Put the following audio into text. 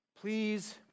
Please